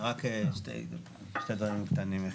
שני דברים קטנים.